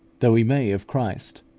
though we may of christ,